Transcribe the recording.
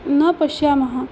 न पश्यामः